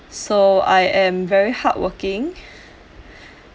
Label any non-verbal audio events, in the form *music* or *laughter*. so I am very hard working *breath*